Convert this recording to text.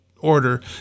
Order